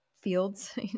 fields